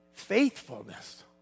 Faithfulness